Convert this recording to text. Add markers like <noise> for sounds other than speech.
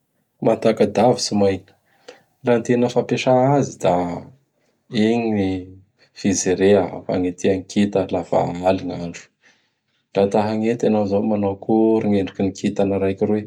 <noise> Mahatakadavitsy moa igny. Fa gn tena fampiasa azy; da igny fijerea, fagnetea gny kita laha fa aly gny andro. Laha ta hagnety anao izao, manao akory ny endriky ny kitana raiky iroy?